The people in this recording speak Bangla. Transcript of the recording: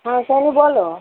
হ্যাঁ সায়নী বলো